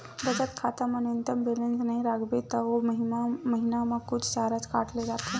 बचत खाता म न्यूनतम बेलेंस नइ राखबे त ओ महिना म कुछ चारज काट ले जाथे